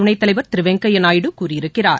துணைத்தலைவர் திரு வெங்கையா நாயுடு கூறியிருக்கிறார்